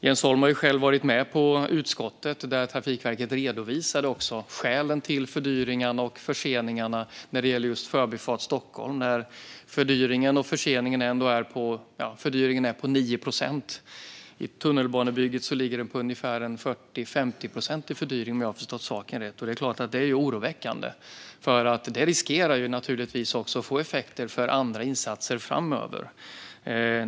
Jens Holm har själv varit med på utskottet, där Trafikverket redovisade skälen till fördyringarna och förseningarna när det gäller just Förbifart Stockholm. Fördyringen är på 9 procent. I tunnelbanebygget ligger fördyringen på ungefär 40-50 procent, om jag har förstått saken rätt. Det är klart att det är oroväckande. Det riskerar naturligtvis att få effekter för andra insatser framöver.